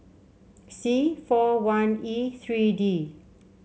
C four one E three D